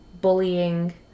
bullying